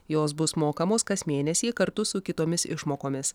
jos bus mokamos kas mėnesį kartu su kitomis išmokomis